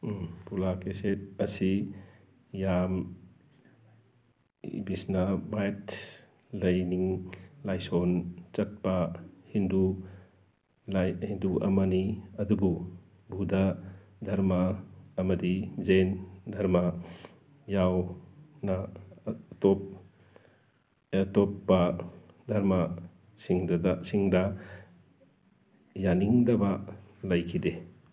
ꯄꯨꯂꯥꯀꯦꯁꯦꯠ ꯑꯁꯤ ꯌꯥꯝ ꯚꯤꯁꯅꯚꯥꯏꯠ ꯂꯥꯏꯅꯤꯡ ꯂꯥꯏꯁꯣꯟ ꯆꯠꯄ ꯍꯤꯟꯗꯨ ꯍꯤꯟꯗꯨ ꯑꯃꯅꯤ ꯑꯗꯨꯕꯨ ꯕꯨꯙ ꯙꯔꯃ ꯑꯃꯗꯤ ꯖꯦꯟ ꯙꯔꯃ ꯌꯥꯎꯅ ꯑꯇꯣꯞꯄ ꯙꯔꯃ ꯁꯤꯡꯗ ꯌꯥꯅꯤꯡꯗꯕ ꯂꯩꯈꯤꯗꯦ